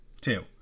two